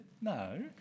No